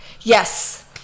Yes